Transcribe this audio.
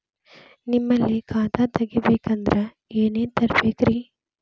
ನಿಮ್ಮಲ್ಲಿ ಖಾತಾ ತೆಗಿಬೇಕಂದ್ರ ಏನೇನ ತರಬೇಕ್ರಿ?